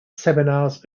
seminars